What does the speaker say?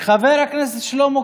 חבר הכנסת שלמה קרעי,